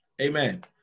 Amen